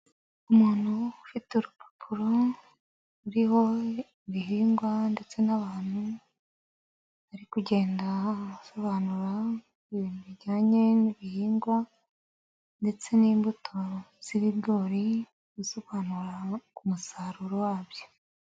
Umuntu ufite urupapuro, ruriho ibihingwa ndetse n'abantu, ari kugenda asobanura ibintu bijyanye n'ibihingwa ndetse n'imbuto z'ibigori, asobanura ku musaruro wabyo.